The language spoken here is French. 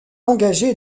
engagé